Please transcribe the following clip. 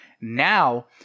Now